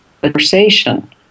conversation